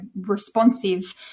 responsive